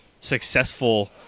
successful